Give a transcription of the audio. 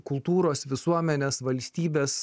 kultūros visuomenės valstybės